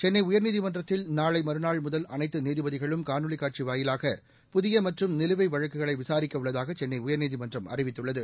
சென்னை உயா்நீதிமன்றத்தில் நாளை மறுநாள் முதல் அனைத்து நீதிபதிகளும் காணொலி காட்சி வாயிலாக புதிய மற்றும் நிலுவை வழக்குகளை விசாரிக்க உள்ளதாக சென்னை உயர்நீதிமன்றம் அறிவித்துள்ளது